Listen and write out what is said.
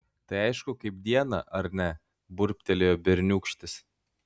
tai aišku kaip dieną ar ne burbtelėjo berniūkštis